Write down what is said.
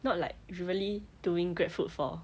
not like you really doing grab food for